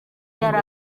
yari